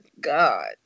God